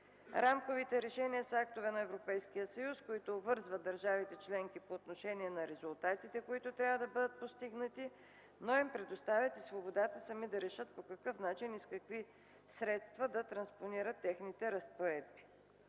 Рамковите решения са актове на Европейския съюз, които обвързват държавите членки по отношение на резултатите, които трябва да бъдат постигнати, но им предоставят свободата сами да решат по какъв начин и с какви средства да транспонират техните разпоредби.